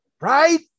Right